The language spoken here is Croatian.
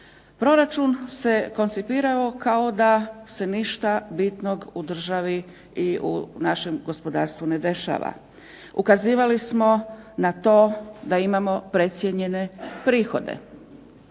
Proračun se koncipirao kao da se ništa bitnog u državi i u našem gospodarstvu ne dešava. Ukazivali smo na to da imamo precijenjene prihode.